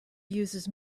uses